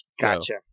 Gotcha